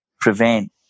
prevent